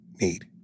need